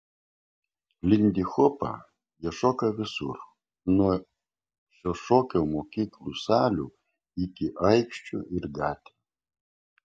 lindihopą jie šoka visur nuo šio šokio mokyklų salių iki aikščių ir gatvių